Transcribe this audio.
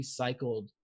recycled